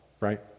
right